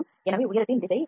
எனவே உயரத்தின் திசை 0